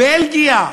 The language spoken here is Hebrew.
בלגיה,